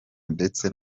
ndetse